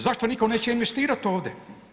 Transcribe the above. Zašto nitko neće investirati ovdje.